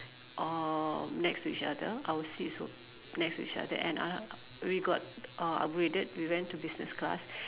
uh next to each other our seats were next to each other and uh we got uh upgraded we went to business class